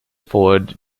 ford